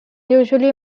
usually